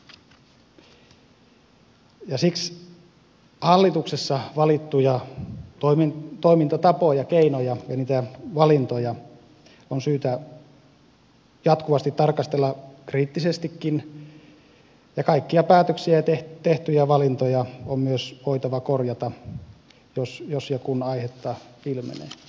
olisi varmasti ja siksi hallituksessa valittuja toimintatapoja keinoja ja niitä valintoja on syytä jatkuvasti tarkastella kriittisestikin ja kaikkia päätöksiä ja tehtyjä valintoja on myös voitava korjata jos ja kun aihetta ilmenee